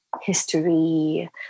history